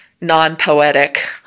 non-poetic